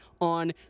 on